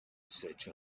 search